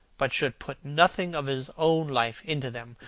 but should put nothing of his own life into them.